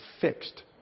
fixed